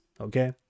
okay